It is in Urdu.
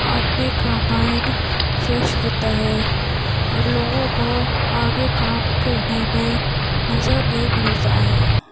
آدمی کا مائنڈ فریش ہوتا ہے اور لوگوں کو آگے کام کرنے میں مزہ بھی ملتا ہے